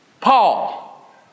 Paul